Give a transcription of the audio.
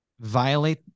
violate